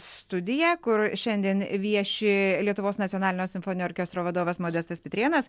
studiją kur šiandien vieši lietuvos nacionalinio simfoninio orkestro vadovas modestas pitrėnas